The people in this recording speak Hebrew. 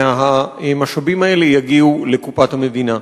מהמשאבים האלה יגיעו לקופת המדינה.